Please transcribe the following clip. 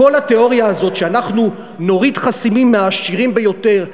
כל התיאוריה הזאת שאנחנו נוריד חסמים מהעשירים ביותר,